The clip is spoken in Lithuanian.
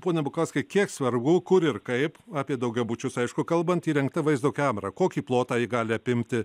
pone bukauskai kiek svarbu kur ir kaip apie daugiabučius aišku kalbant įrengta vaizdo kamera kokį plotą ji gali apimti